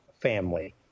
family